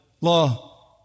law